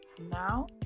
now